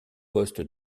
poste